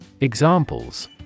Examples